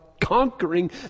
conquering